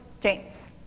James